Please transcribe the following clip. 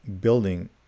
building